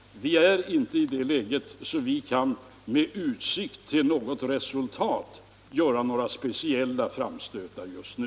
Vi är inte i det läget att vi med utsikt till något resultat kan göra några speciella framstötar just nu.